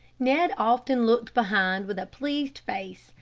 ned often looked behind with a pleased face,